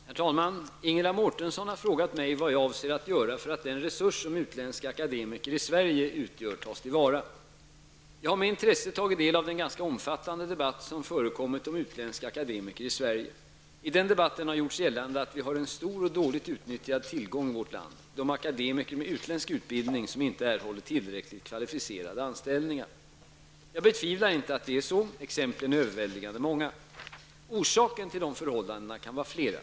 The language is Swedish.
Herr talman! Ingela Mårtensson har frågat mig vad jag avser att göra för att den resurs som utländska akademiker i Sverige utgör tas till vara. Jag har med intresse tagit del av den ganska omfattande debatt som förekommit om utländska akademiker i Sverige. I den debatten har gjorts gällande att vi har en stor och dåligt utnyttjad tillgång i vårt land: de akademiker med utländsk utbildning som inte erhåller tillräckligt kvalificerade anställningar. Jag betvivlar inte att så är fallet, exemplen är överväldigande många. Orsakerna till dessa förhållanden kan vara flera.